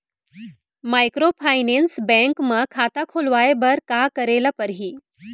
Microfinance bank म खाता खोलवाय बर का करे ल परही?